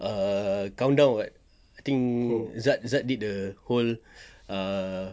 err countdown [what] I think zad zad did the whole err